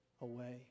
away